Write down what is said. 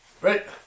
Right